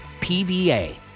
PVA